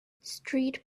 street